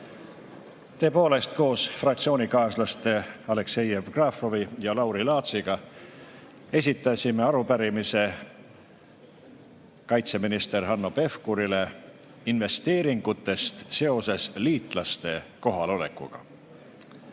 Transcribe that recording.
Tõepoolest, koos fraktsioonikaaslaste Aleksei Jevgrafovi ja Lauri Laatsiga esitasime arupärimise kaitseminister Hanno Pevkurile investeeringute kohta seoses liitlaste kohalolekuga.